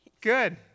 good